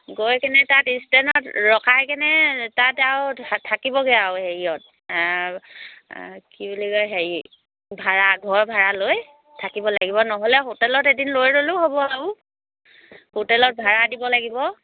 গৈ কেনে তাত ষ্টেণ্ডত ৰখায় কেনে তাত আৰু থাকিবগৈ আৰু হেৰিয়ত কি বুলি কয় হেৰি ভাড়ঘৰ ভাড়া লৈ থাকিব লাগিব নহ'লে হোটেলত এদিন লৈ ল'লেও হ'ব আৰু হোটেলত ভাড়া দিব লাগিব